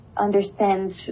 understand